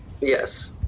yes